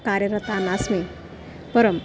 कार्यरता नास्मि परं